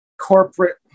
corporate